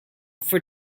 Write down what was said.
for